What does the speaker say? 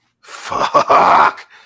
Fuck